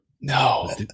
No